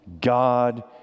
God